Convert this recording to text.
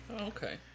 Okay